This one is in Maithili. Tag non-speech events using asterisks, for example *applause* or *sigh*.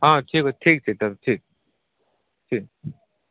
हाँ की *unintelligible* ठीक छै तब ठीक